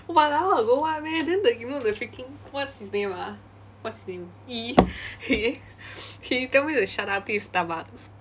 !walao! got what meh you know the freaking what's his name ah what's his name E he he tell me to shut up this is starbucks